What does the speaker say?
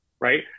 right